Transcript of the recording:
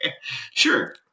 Sure